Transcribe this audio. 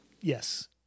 Yes